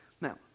Now